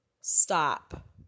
stop